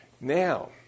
Now